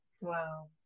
Wow